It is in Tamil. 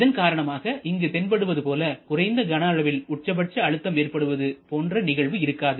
இதன் காரணமாக இங்கு தென்படுவது போல குறைந்த கன அளவில் உட்சபட்ச அழுத்தம் ஏற்படுவது போன்ற நிகழ்வு இருக்காது